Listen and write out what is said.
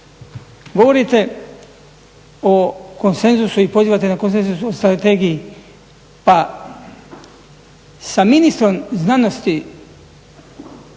Govorite o konsenzusu i pozivate na konsenzus o strategiji pa sa ministrom znanosti